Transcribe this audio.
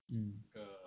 mm